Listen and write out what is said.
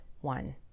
one